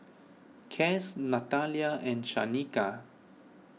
Cass Natalya and Shanika